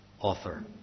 author